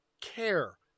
care